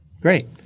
great